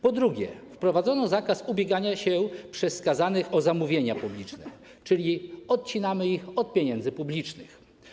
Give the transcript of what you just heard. Po drugie, wprowadzono zakaz ubiegania się przez skazanych o zamówienia publiczne, czyli odcinamy ich od pieniędzy publicznych.